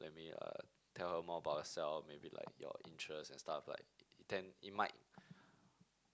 like maybe tell her more about yourself maybe like your interest and stuff like it then it might